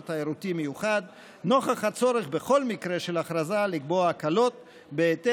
תיירותי מיוחד נוכח הצורך לקבוע הקלות בכל מקרה של הכרזה,